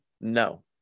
no